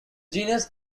genus